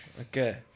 Okay